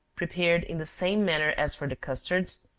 prepared in the same manner as for the custards,